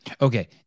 Okay